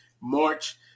March